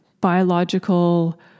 biological